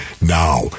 now